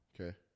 Okay